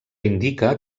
indica